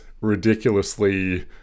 ridiculously